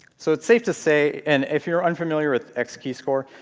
so it's safe to say and if you're unfamiliar with xkeyscore,